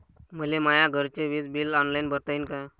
मले माया घरचे विज बिल ऑनलाईन भरता येईन का?